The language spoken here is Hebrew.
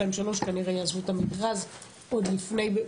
2 ו-3 כנראה יעזבו את המכרז עוד לפני,